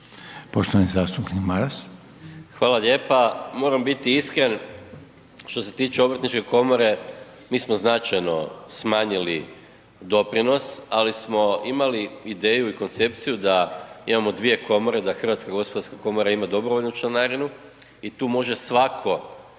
Gordan (SDP)** Hvala lijepa. Moram biti iskren, što se tiče Obrtničke komore mi smo značajno smanjili doprinos, ali smo imali ideju i koncepciju da imamo dvije komore, da HGK ima dobrovoljnu članarinu i tu može svako